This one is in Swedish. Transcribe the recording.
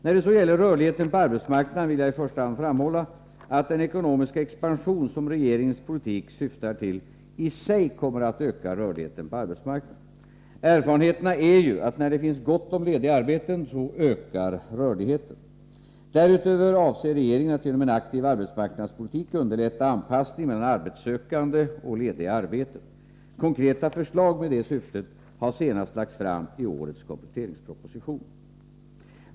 När det så gäller rörligheten på arbetsmarknaden vill jag i första hand framhålla att den ekonomiska expansion som regeringens politik syftar till i sig kommer att öka rörligheten på arbetsmarknaden. Erfarenheterna är ju att när det finns gott om lediga arbeten så ökar rörligheten. Därutöver avser regeringen att genom en aktiv arbetsmarknadspolitik underlätta anpassningen mellan arbetssökande och lediga arbeten. Konkreta förslag med detta syfte har lagts fram senast i årets kompletteringsproposition.